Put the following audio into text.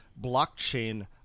blockchain